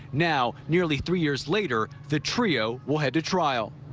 now nearly three years later the trio will head to trial.